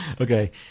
Okay